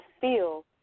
feel